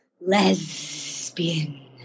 Lesbian